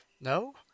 no